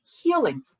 healing